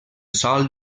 sòl